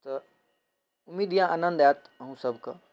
तऽ उम्मीद अइ आनन्द आएत अहूँ सभके